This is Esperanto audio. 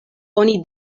oni